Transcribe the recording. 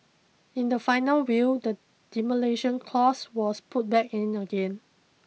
in the final will the demolition clause was put back in again